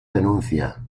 denuncia